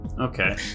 Okay